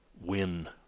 win